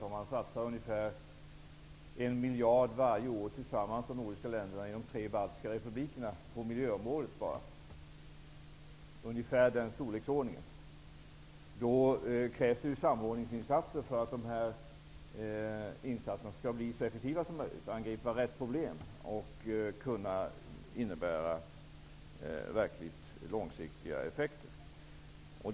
Om de nordiska länderna tillsammans bara på miljöområdet satsar i storleksordningen en miljard kronor i de tre baltiska republikerna, krävs det samordning för att insatserna skall bli så effektiva som möjligt, för att de skall angripa rätt problem och ge verkligt långsiktiga effekter.